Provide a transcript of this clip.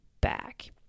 back